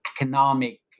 economic